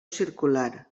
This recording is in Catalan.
circular